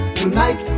tonight